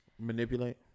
manipulate